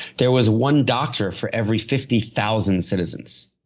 there was one doctor for every fifty thousand citizens.